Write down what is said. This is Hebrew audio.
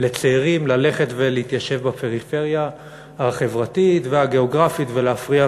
לצעירים ללכת להתיישב בפריפריה החברתית והגיאוגרפית ולהפריח